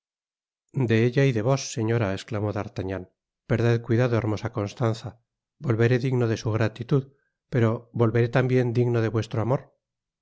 de ella y de vos señora esclamó d'artagnan perded cuidado hermosa content from google book search generated at constanza volveré digno de su gratitud pero volveré tambien digno de vuestro amor